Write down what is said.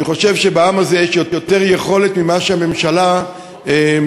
אני חושב שבעם הזה יש יותר יכולת ממה שהממשלה מגייסת.